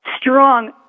strong